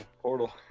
Portal